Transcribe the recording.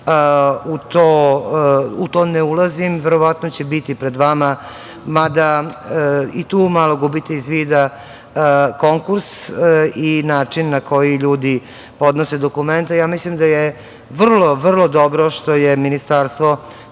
u to ne ulazim, verovatno će biti pred vama. Mada, i tu malo gubite iz vida konkurs i način na koji ljudi podnose dokumenta. Mislim da je vrlo, vrlo dobro što je Ministarstvo